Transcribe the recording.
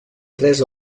tres